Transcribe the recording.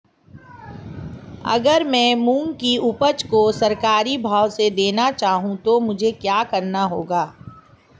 अगर मैं मूंग की उपज को सरकारी भाव से देना चाहूँ तो मुझे क्या करना होगा?